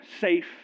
safe